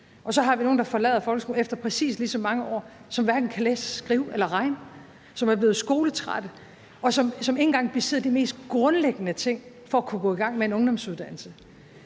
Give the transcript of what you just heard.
Og så har vi nogle, der forlader folkeskolen efter præcis lige så mange år, og som hverken kan læse, skrive eller regne, som er blevet skoletrætte, og som ikke engang besidder de mest grundlæggende ting for at kunne gå i gang med en ungdomsuddannelse.